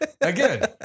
Again